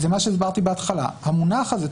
זה מה שדיברתי בהתחלה: המונח הזה,